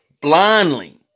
blindly